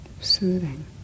soothing